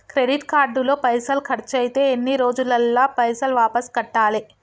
Credit card లో పైసల్ ఖర్చయితే ఎన్ని రోజులల్ల పైసల్ వాపస్ కట్టాలే?